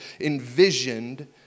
envisioned